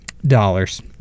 Dollars